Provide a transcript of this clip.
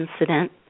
incident